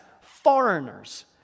foreigners